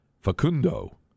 Facundo